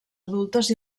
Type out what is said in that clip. adultes